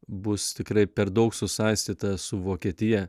bus tikrai per daug susaistyta su vokietija